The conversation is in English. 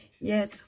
Yes